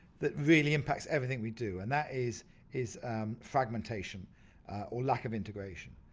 that really impacts everything we do and that is is fragmentation or lack of integration.